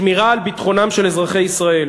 שמירה על ביטחונם של אזרחי ישראל.